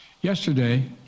Yesterday